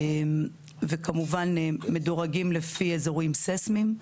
וכמובן מדורגים לפי אזורים סיסמיים,